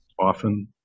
often